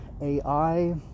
AI